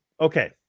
Okay